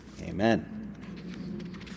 Amen